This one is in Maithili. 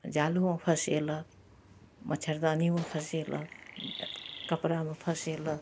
जालोमे फसेलक मच्छरदानियोमे फसेलक कपड़ामे फसेलक